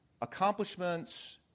accomplishments